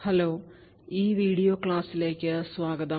hello ഈ video ക്ലാസ്സിലേക്ക് സ്വാഗതം